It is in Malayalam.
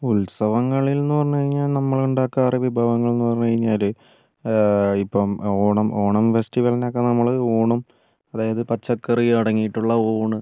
ഉത്സവങ്ങളിൽ എന്ന് പറഞ്ഞ് കഴിഞ്ഞാൽ നമ്മൾ ഉണ്ടാക്കാറുള്ള വിഭവങ്ങൾ എന്ന് പറഞ്ഞ് കഴിഞ്ഞാൽ ഇപ്പം ഓണം ഓണം ഫെസ്റ്റിവൽനൊക്കെ നമ്മൾ ഊണും അതായാത് പച്ചക്കറി അടങ്ങീട്ടുള്ള ഊണ്